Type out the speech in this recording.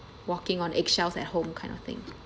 walking on eggshells at home kind of thing